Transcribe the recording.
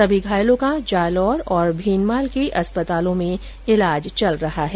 सभी घायलों का जालौर और भीनमाल के अस्पतालों में इलाज चल रहा है